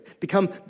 become